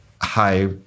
high